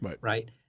Right